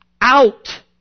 out